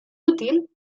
útil